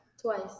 Twice